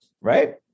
right